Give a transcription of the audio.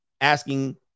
Asking